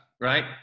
right